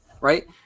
Right